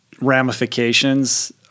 ramifications